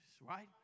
right